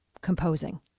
composing